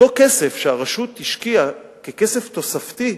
אותו כסף שהרשות השקיעה ככסף תוספתי,